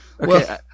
okay